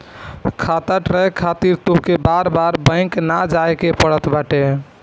खाता ट्रैक खातिर तोहके बार बार बैंक ना जाए के पड़त बाटे